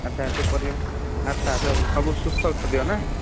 ଆଚ୍ଛା ସେ ପରିବା ଆଚ୍ଛା ସବୁ ସୁସ୍ଥ ଖାଦ୍ୟ ନା